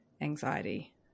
anxiety